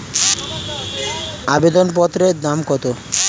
আবেদন পত্রের দাম কত?